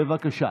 בבקשה.